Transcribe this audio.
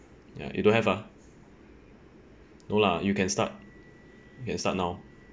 ya you don't have ah no lah you can start you can start now